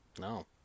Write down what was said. No